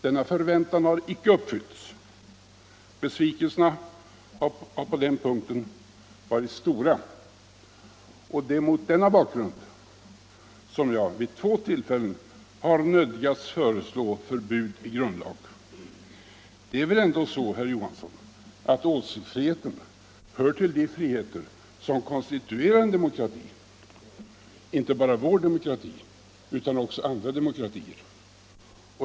Denna förväntan har icke uppfyllts, och besvikelserna har på den punkten varit stora. Det är mot denna bakgrund som jag vid två tillfällen har nödgats föreslå förbud i grundiagen. Det är väl ändå så, herr Johansson i Trollhättan, att åsiktsfriheten hör till de friheter som konstituerar en demokrati — inte bara vår demokrati utan också andra demokratier.